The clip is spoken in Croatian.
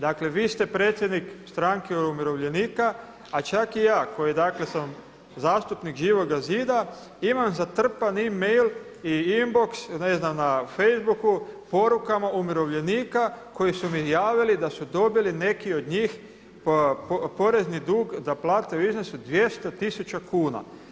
Dakle, vi ste predsjednik stranke umirovljenika, a čak i ja koji dakle sam zastupnik Živoga zida imam zatrpan e-mail i inbox ne znam na Facebooku porukama umirovljenika koji su mi javili da su dobili neki od njih porezni dug da plate u iznosu od 200 tisuća kuna.